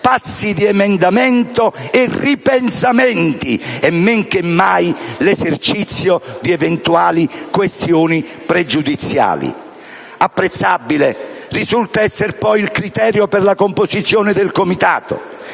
spazi per emendamenti e ripensamenti e, men che mai, l'esercizio di eventuali questioni pregiudiziali. Apprezzabile risulta essere poi il criterio per la composizione del Comitato.